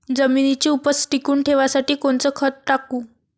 जमिनीची उपज टिकून ठेवासाठी कोनचं खत टाकू?